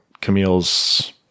Camille's